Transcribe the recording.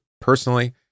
personally